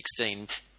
2016